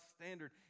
standard